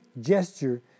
gesture